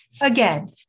Again